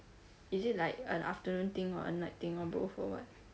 is it like an afternoon thing or a night thing or both or what